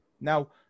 now